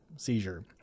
seizure